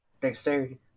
Dexterity